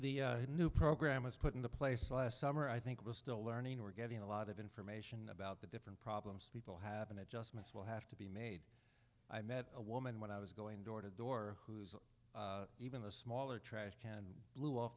the new program was put into place last summer i think we're still learning we're getting a lot of information about the different problems people have been adjustments will have to be made i met a woman when i was going door to door who is even the smaller trash can and blew off